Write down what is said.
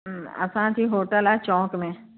असांजी होटल आहे चौक में